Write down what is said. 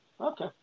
Okay